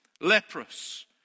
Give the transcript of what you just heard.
leprous